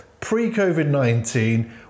Pre-COVID-19